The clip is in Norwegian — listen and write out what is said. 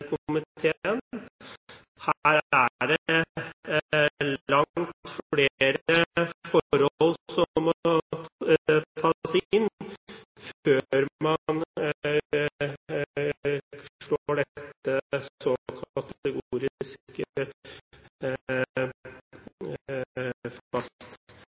komiteen. Her er det langt flere forhold som må tas inn før man kan slå dette så kategorisk fast. Er statsråden enig i at dette kan